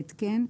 ההתקן),